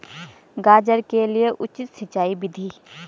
गाजर के लिए उचित सिंचाई विधि?